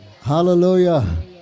Hallelujah